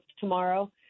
tomorrow